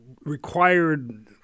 required